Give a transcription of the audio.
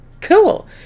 cool